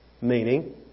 meaning